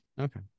Okay